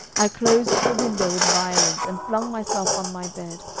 i closed the window with violence, and flung myself on my bed,